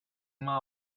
mouth